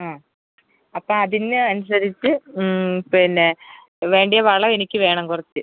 അ അപ്പം അതിന് അനുസരിച്ച് പിന്നെ വേണ്ട വളം എനിക്ക് വേണം കുറച്ച്